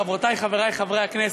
חברותי וחברי חברי הכנסת,